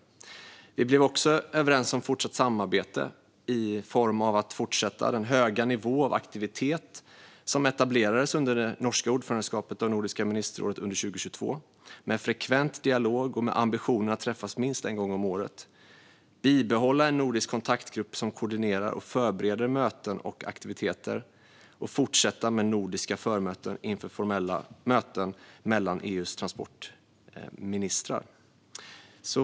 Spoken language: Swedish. Vi blev också överens om fortsatt samarbete när det gäller att: fortsätta den höga nivå av aktivitet som etablerades under det norska ordförandeskapet i Nordiska ministerrådet under 2022, med frekvent dialog och med ambitionen att träffas minst en gång om året bibehålla en nordisk kontaktgrupp som koordinerar och förbereder möten och aktiviteter fortsätta med nordiska förmöten inför formella möten mellan EU:s transportministrar.